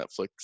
netflix